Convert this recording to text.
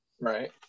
right